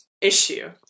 issue